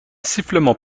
sifflement